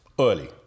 early